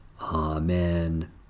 Amen